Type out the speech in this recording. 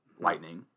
Lightning